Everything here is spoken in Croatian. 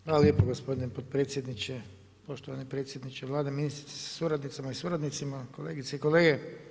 Hvala lijepo gospodine potpredsjedniče, poštovani predsjedniče Vlade, ministrice sa suradnicama i suradnicima, kolegice i kolege.